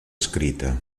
escrita